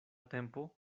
tempo